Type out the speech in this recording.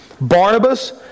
Barnabas